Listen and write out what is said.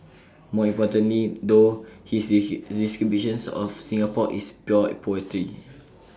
more importantly though his descriptions of Singapore is pure poetry